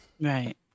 right